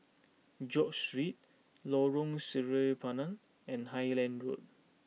George Street Lorong Sireh Pinang and Highland Road